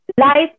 life